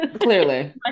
Clearly